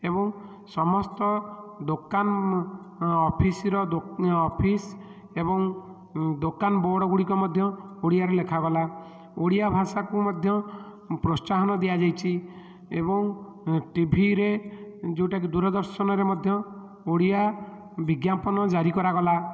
ଏବଂ ସମସ୍ତ ଦୋକାନ ଅଫିସ୍ର ଅଫିସ୍ ଏବଂ ଦୋକାନ ବୋର୍ଡ଼ଗୁଡ଼ିକ ମଧ୍ୟ ଓଡ଼ିଆରେ ଲେଖାଗଲା ଓଡ଼ିଆ ଭାଷାକୁ ମଧ୍ୟ ପ୍ରୋତ୍ସାହନ ଦିଆଯାଇଛି ଏବଂ ଟିଭିରେ ଯେଉଁଟାକି ଦୂରଦର୍ଶନରେ ମଧ୍ୟ ଓଡ଼ିଆ ବିଜ୍ଞାପନ ଜାରି କରାଗଲା